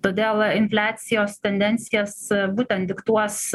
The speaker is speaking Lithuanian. todėl infliacijos tendencijas būtent diktuos